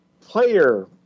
player